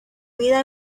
vida